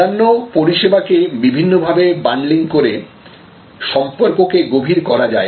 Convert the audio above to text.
অন্যান্য পরিষেবা কে বিভিন্নভাবে বান্ডলিং করে সম্পর্ককে গভীর করা যায়